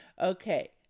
Okay